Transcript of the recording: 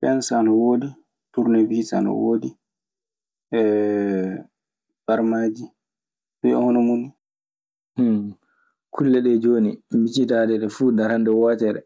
Pence ana wodi, turnewise ana wodi, hee barmadji dun e yonomun. kulle ɗee jooni, miccitaade ɗe fuu darande wootere